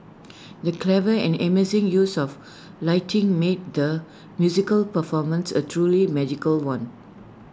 the clever and amazing use of lighting made the musical performance A truly magical one